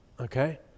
Okay